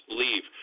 leave